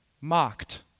mocked